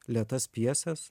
lėtas pjeses